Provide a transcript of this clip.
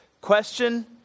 Question